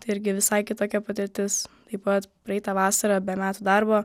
tai irgi visai kitokia patirtis taip pat praeitą vasarą be metų darbo